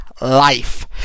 life